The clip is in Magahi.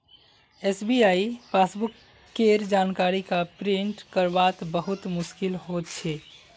एस.बी.आई पासबुक केर जानकारी क प्रिंट करवात बहुत मुस्कील हो छे